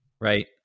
right